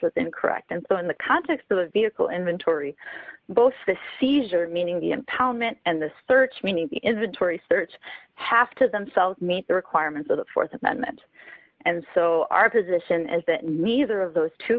was incorrect and so in the context of the vehicle inventory both the seizure meaning the impoundment and the search meaning the inventory search have to themselves meet the requirements of the th amendment and so our position is that neither of those two